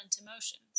emotions